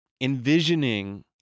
envisioning